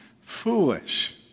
foolish